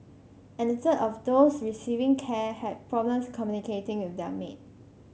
and a third of those receiving care had problems communicating with their maid